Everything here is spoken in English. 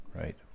right